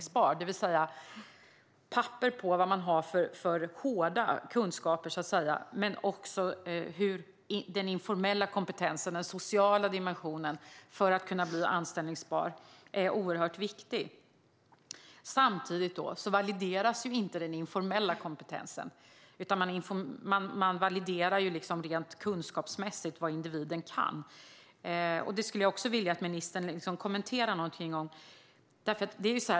Det är viktigt att ha papper på vad man har för "hårda" kunskaper, men också den informella kompetensen, den sociala dimensionen, är oerhört viktig för att kunna bli anställbar. Samtidigt valideras inte den informella kompetensen, utan man validerar vad individen kan rent kunskapsmässigt. Det skulle jag också vilja att ministern kommenterade.